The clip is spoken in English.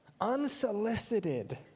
Unsolicited